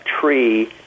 tree